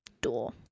door